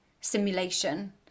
simulation